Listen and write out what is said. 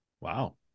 Wow